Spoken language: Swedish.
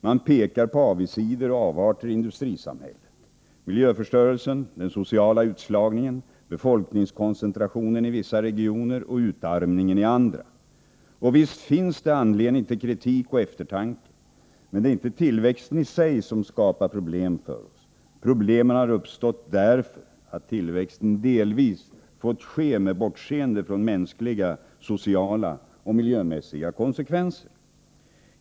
Man pekar på avigsidor och avarter i industrisamhället: miljöförstörelsen, den sociala utslagningen, befolkningskoncentrationen i vissa regioner och utarmningen i andra. Och visst finns det anledning till kritik och eftertanke, men det är inte tillväxten i sig som skapar problem för oss. Problemen har uppstått därför att tillväxten delvis fått ske med bortseende från mänskliga, sociala och miljömässiga konsekvenser.